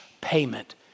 payment